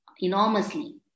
enormously